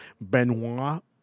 Benoit